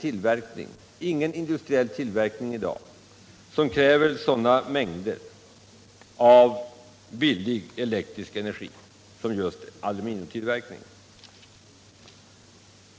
Det finns ingen annan industriell tillverkning i dag som kräver sådana mängder av billig elektrisk energi som just aluminiumtillverkning.